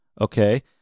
Okay